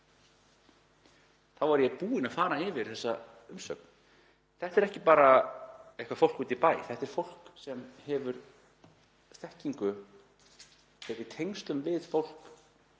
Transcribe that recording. Þá er ég búinn að fara yfir þessa umsögn. Þetta er ekki bara eitthvert fólk úti í bæ, þetta er fólk sem hefur þekkingu og er í tengslum við fólk